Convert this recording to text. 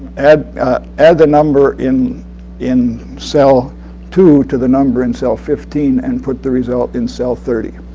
add add the number in in cell two to the number in cell fifteen and put the result in cell thirty.